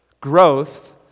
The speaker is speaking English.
growth